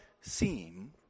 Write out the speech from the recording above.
seem